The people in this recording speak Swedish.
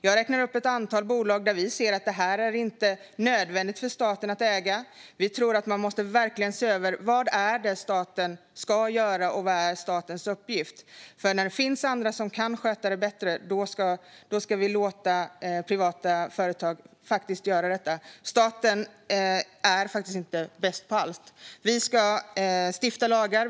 Jag kan räkna upp ett antal bolag som vi inte ser som nödvändiga för staten att äga. Vi tror att man verkligen måste se över vad det är staten ska göra och vad som är statens uppgift. När det finns andra som kan sköta det bättre ska vi låta privata företag göra det. Staten är inte bäst på allt. Vi ska stifta lagar.